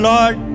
Lord